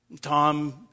Tom